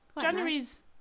January's